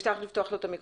כן, בבקשה.